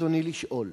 רצוני לשאול: